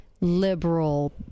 liberal